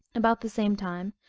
about the same time,